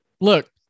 Look